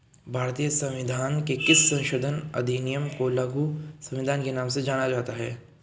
भारतीय संविधान के किस संशोधन अधिनियम को लघु संविधान के नाम से जाना जाता है?